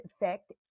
effect